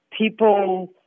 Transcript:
People